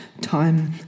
time